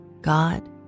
God